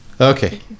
Okay